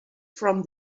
from